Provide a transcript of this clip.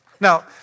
Now